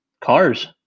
cars